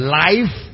life